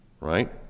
right